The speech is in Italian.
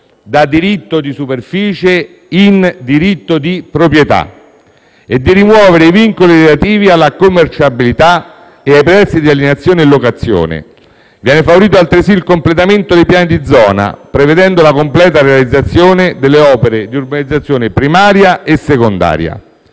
da diritto di superficie in diritto di proprietà e di rimuovere i vincoli relativi alla commerciabilità e ai prezzi di alienazione e locazione. Viene favorito altresì il completamento dei piani di zona, prevedendo la completa realizzazione delle opere di urbanizzazione primaria e secondaria.